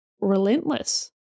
relentless